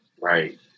Right